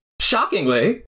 Shockingly